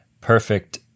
perfect